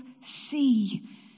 see